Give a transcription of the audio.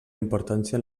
importància